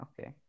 Okay